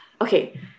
okay